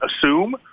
assume